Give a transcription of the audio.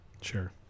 Sure